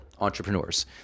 entrepreneurs